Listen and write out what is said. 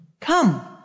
come